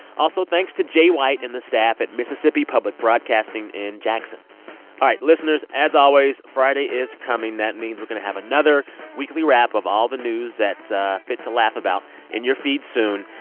also, thanks to jay white and the staff at mississippi public broadcasting in jackson all right. listeners, as always, friday is coming. that means we're going to have another weekly wrap of all the news that's fit to laugh about in your feed soon.